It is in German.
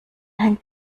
hängt